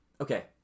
okay